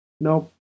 Nope